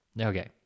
Okay